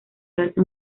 darse